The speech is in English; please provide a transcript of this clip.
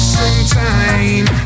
sometime